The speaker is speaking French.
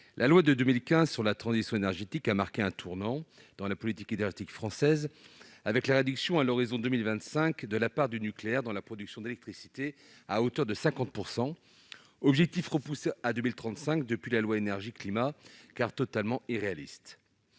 La loi de 2015 relative à la transition énergétique a marqué un tournant dans la politique énergétique française en prévoyant la réduction à l'horizon de 2025 de la part du nucléaire dans la production d'électricité à hauteur de 50 %, objectif reporté à 2035 depuis la loi Énergie-climat car totalement irréaliste.